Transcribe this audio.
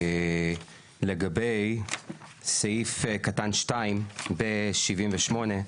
לגבי סעיף קטן (2) ב-78,